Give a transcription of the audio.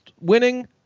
winning